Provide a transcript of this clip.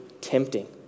tempting